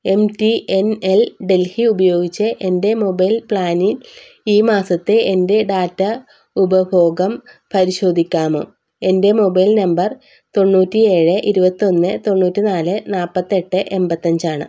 M T N L Delhi ഉപയോഗിച്ച് എൻ്റെ mobile പ്ലാനിൽ ഈ മാസത്തെ എൻ്റെ ഡാറ്റ ഉപഭോഗം പരിശോധിക്കാമോ എൻ്റെ മൊബൈൽ നമ്പർ തൊണ്ണൂറ്റി ഏഴ് ഇരുപത്തി ഒന്ന് തൊണ്ണൂറ്റി നാല് നാല്പത്തിയെട്ട് എൺപത്തി അഞ്ചാണ്